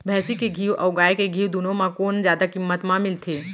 भैंसी के घीव अऊ गाय के घीव दूनो म कोन जादा किम्मत म मिलथे?